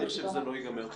אני חושב שזה לא יגמר טוב.